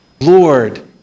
Lord